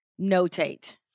notate